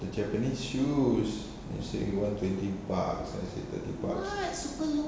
the japanese shoes you say you want twenty bucks then I say thirty bucks